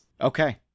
Okay